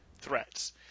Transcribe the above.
threats